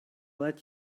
let